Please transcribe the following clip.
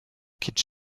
quitte